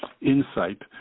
insight